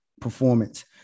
performance